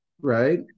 Right